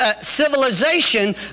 civilization